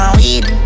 weed